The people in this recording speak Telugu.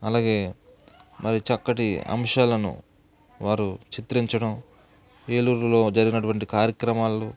అలాగే మరి చక్కటి అంశాలను వారు చిత్రించడం ఏలూరులో జరిగినటువంటి కార్యక్రమాలు